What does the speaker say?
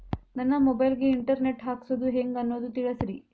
ನನ್ನ ಮೊಬೈಲ್ ಗೆ internet ಹಾಕ್ಸೋದು ಹೆಂಗ್ ಅನ್ನೋದು ತಿಳಸ್ರಿ